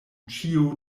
ĉio